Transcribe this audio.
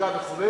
בחקיקה וכו',